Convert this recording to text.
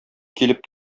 килеп